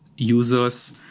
users